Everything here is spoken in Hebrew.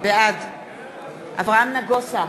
בעד אברהם נגוסה,